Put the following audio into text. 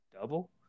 Double